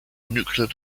nuclear